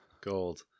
Gold